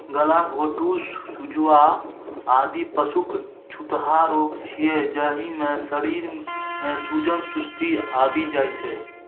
गलाघोटूं, सुजवा, आदि पशुक छूतहा रोग छियै, जाहि मे शरीर मे सूजन, सुस्ती आबि जाइ छै